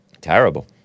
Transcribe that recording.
Terrible